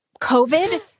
COVID